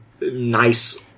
nice –